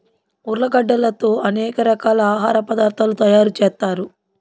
ఉర్లగడ్డలతో అనేక రకాల ఆహార పదార్థాలు తయారు చేత్తారు